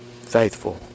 faithful